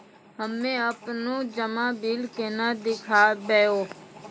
हम्मे आपनौ जमा बिल केना देखबैओ?